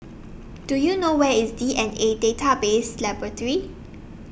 Do YOU know Where IS D N A Database Laboratory